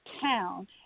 town